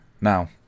Now